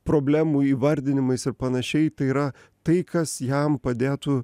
problemų įvardinimais ir panašiai tai yra tai kas jam padėtų